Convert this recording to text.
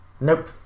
Nope